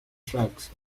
tracks